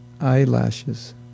eyelashes